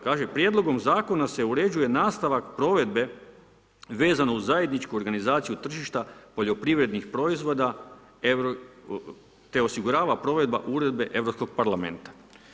Kaže, prijedlogom zakona se uređuje nastavak provedbe vezano uz zajedničku organizaciju tržišta poljoprivrednih proizvoda te osigurava provedba uredbe Europskog parlamenta.